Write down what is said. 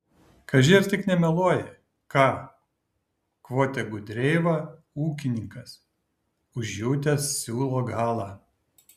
kaži ar tik nemeluoji ką kvotė gudreiva ūkininkas užjutęs siūlo galą